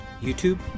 YouTube